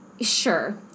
Sure